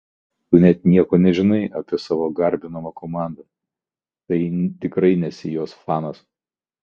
tu net nieko nežinai apie savo garbinamą komandą tai tikrai nesi jos fanas